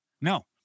No